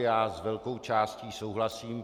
S velkou částí souhlasím.